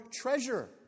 treasure